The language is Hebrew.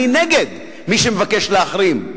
אני נגד מי שמבקש להחרים,